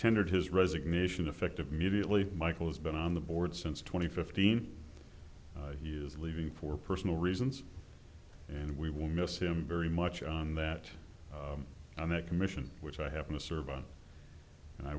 tendered his resignation effective mediately michael has been on the board since twenty fifteen years leaving for personal reasons and we will miss him very much on that on that commission which i happen to serve and i